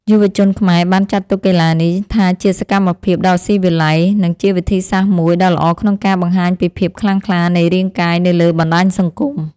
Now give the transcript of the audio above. យុវជនខ្មែរបានចាត់ទុកកីឡានេះថាជាសកម្មភាពដ៏ស៊ីវិល័យ និងជាវិធីសាស្ត្រមួយដ៏ល្អក្នុងការបង្ហាញពីភាពខ្លាំងក្លានៃរាងកាយនៅលើបណ្ដាញសង្គម។